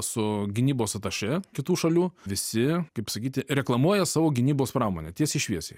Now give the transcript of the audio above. su gynybos atašė kitų šalių visi kaip sakyti reklamuoja savo gynybos pramonę tiesiai šviesiai